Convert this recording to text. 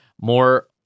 More